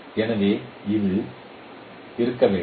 எனவே அது இருக்க வேண்டும்